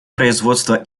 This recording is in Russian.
производства